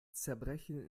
zerbrechen